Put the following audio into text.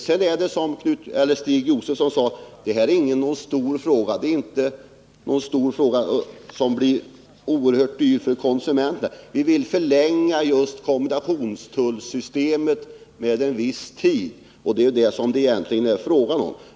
Sedan är det, som Stig Josefson sade, inte fråga om någonting som blir oerhört dyrt för konsumenten. Vi vill förlänga kombinationstullssystemet med en viss tid — det är egentligen det som det är fråga om.